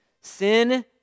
Sin